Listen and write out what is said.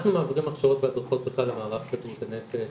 אנחנו מעבירים הכשרות והדרכות בכלל למערך בריאות הנפש,